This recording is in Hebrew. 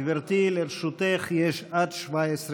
גברתי, לרשותך יש עד 17 דקות.